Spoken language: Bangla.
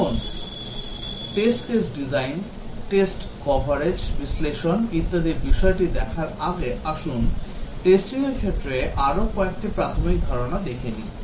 এখন test case design test coverage বিশ্লেষণ ইত্যাদির বিশদটি দেখার আগে আসুন testing র ক্ষেত্রে আরও কয়েকটি প্রাথমিক ধারণাটি দেখি